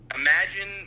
Imagine